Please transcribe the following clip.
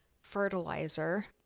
fertilizer